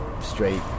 straight